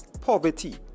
poverty